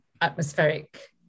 atmospheric